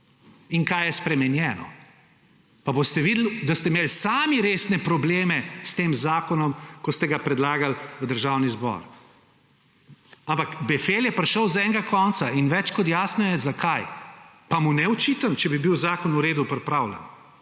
in kaj je spremenjeno, pa boste videli, da ste imeli sami resne probleme s tem zakonom, ko ste ga predlagali v Državni zbor. Ampak befel je prišel z enega konca in več kot jasno je, zakaj. Pa mu ne očitam, če bi bil zakon v redu pripravljen,